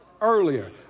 earlier